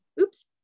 oops